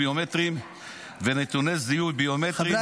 ביומטריים ונתוני זיהוי ביומטריים במסמכי זיהוי